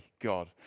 God